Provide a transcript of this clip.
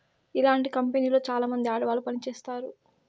ఇలాంటి కంపెనీలో చాలామంది ఆడవాళ్లు పని చేత్తారు